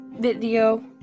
video